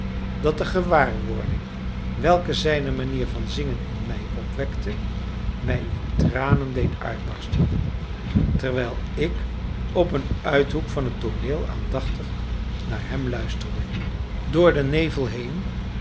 dat de gewaarwording welke zijne manier van zingen in mij opwekte mij in tranen deed uitbarsten terwijl ik op een uithoek van het tooneel aandachtig naar hem luisterde door den nevel heen